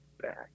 back